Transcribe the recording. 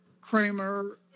Kramer